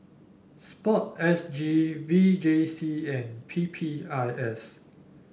sport S G V J C and P P I S